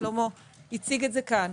ושלמה הציג את זה כאן.